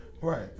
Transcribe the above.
right